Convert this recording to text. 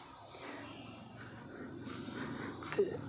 ते